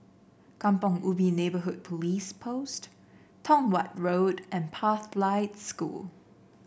Kampong Ubi Neighbourhood Police Post Tong Watt Road and Pathlight School